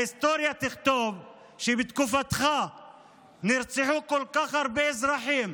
ההיסטוריה תכתוב שבתקופתך נרצחו כל כך הרבה אזרחים